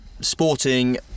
Sporting